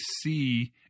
see